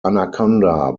anaconda